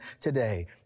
today